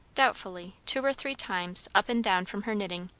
doubtfully, two or three times up and down from her knitting,